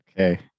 Okay